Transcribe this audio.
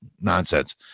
nonsense